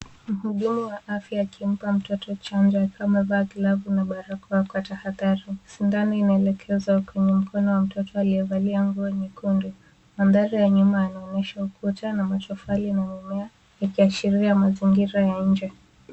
Mhudumu wa afya akimpa mtoto chanjo akiwa amevaa glavu na barakoa kwa tahadhari, sindano inaelekezwa kwenye mtoto aliyevalia nguo nyekundu, mandhari ya nyuma yanaosha ukuta, matofali na mimea yakiashiria mazingira ya nje.